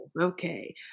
Okay